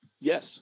Yes